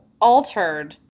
altered